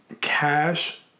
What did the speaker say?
cash